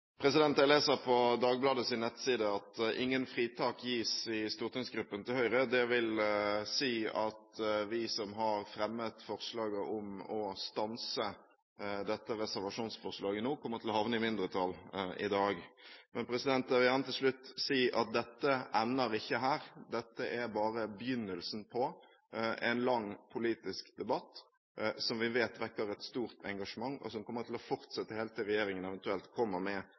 Jeg leser på Dagbladets nettside at ingen fritak gis i Høyres stortingsgruppe. Det vil si at vi som har fremmet forslaget om å stanse dette reservasjonsforslaget, kommer til å havne i mindretall i dag. Men jeg vil gjerne til slutt si at dette ender ikke her. Dette er bare begynnelsen på en lang politisk debatt, som vi vet vekker et stort engasjement, og som kommer til å fortsette helt til regjeringen eventuelt kommer med